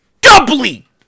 Doubly